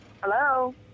Hello